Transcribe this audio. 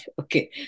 okay